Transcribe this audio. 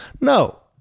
no